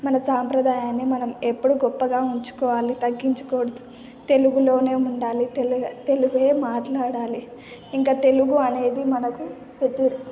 మన సంప్రదాయాన్ని మనం ఎప్పుడు గొప్పగా ఉంచుకోవాలి తగ్గించకూడదు తెలుగులోనే ఉండాలి తెలుగు తెలుగే మాట్లాడాలి ఇంకా తెలుగు అనేది మనకు